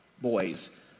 boys